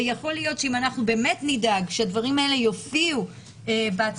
ויכול להיות שאם אנחנו באמת נדאג שהדברים האלה יופיעו בהצעות